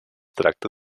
tracta